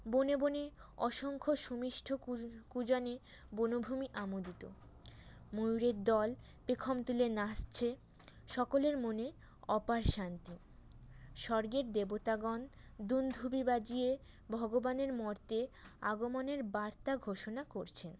বনে বনে অসংখ্য সুমিষ্ট কুজনে বনভূমি আমোদিত ময়ূরের দল পেখম তুলে নাচছে সকলের মনে অপার শান্তি স্বর্গের দেবতাগণ দুন্দুভি বাজিয়ে ভগবানের মর্ত্যে আগমনের বার্তা ঘোষণা করছেন